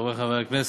חברי חברי הכנסת,